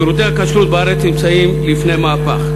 שירותי הכשרות בארץ נמצאים לפני מהפך.